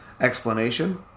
Explanation